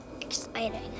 exciting